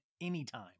anytime